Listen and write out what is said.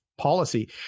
policy